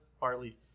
barley